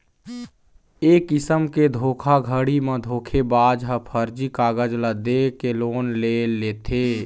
ए किसम के धोखाघड़ी म धोखेबाज ह फरजी कागज ल दे के लोन ले लेथे